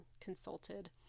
consulted